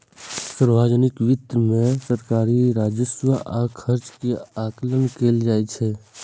सार्वजनिक वित्त मे सरकारी राजस्व आ खर्च के आकलन कैल जाइ छै